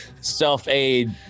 Self-aid